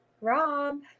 Rob